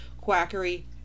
quackery